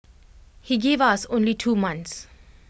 he gave us only two months